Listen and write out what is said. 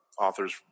authors